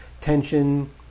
tension